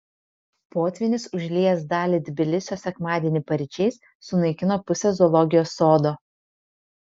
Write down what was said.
potvynis užliejęs dalį tbilisio sekmadienį paryčiais sunaikino pusę zoologijos sodo